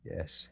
Yes